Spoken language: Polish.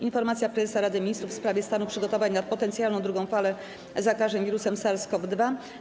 Informacja Prezesa Rady Ministrów w sprawie stanu przygotowań na potencjalną drugą falę zakażeń wirusem SARS-CoV-2.